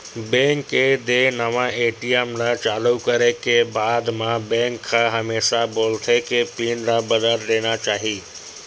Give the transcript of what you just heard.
bank के देय नवा ए.टी.एम ल चालू करे के बाद म बेंक ह हमेसा बोलथे के पिन बदल लेना चाही